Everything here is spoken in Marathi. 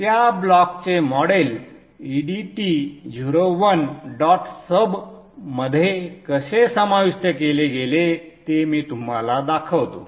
त्या ब्लॉकचे मॉडेल edt 01 dot sub मध्ये कसे समाविष्ट केले गेले ते मी तुम्हाला दाखवतो